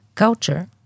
Culture